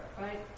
Right